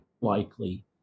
likely